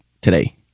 today